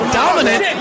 dominant